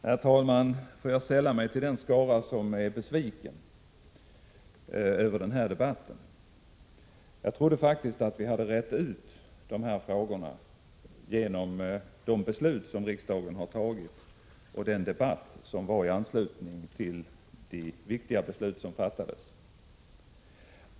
Herr talman! Låt mig sälla mig till den skara som är besviken över den här debatten. Jag trodde faktiskt att vi hade rett ut de här frågorna genom de beslut som riksdagen har fattat och den debatt som föregick dessa viktiga beslut.